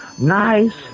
nice